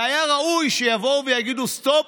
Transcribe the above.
והיה ראוי שיבואו ויגידו: סטופ,